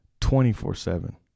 24-7